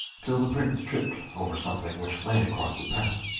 till the prince tripped over something which lay across the path.